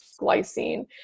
glycine